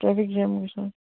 traffic jam گژھان